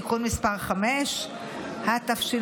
אדוני